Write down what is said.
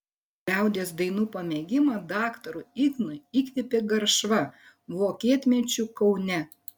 liaudies dainų pamėgimą daktarui ignui įkvėpė garšva vokietmečiu kaune